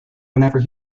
whenever